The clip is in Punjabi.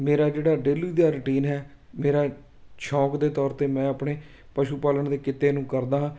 ਮੇਰਾ ਜਿਹੜਾ ਡੇਲੀ ਦਾ ਰੁਟੀਨ ਹੈ ਮੇਰਾ ਸ਼ੌਕ ਦੇ ਤੌਰ 'ਤੇ ਮੈਂ ਆਪਣੇ ਪਸ਼ੂ ਪਾਲਣ ਦੇ ਕਿੱਤੇ ਨੂੰ ਕਰਦਾ ਹਾਂ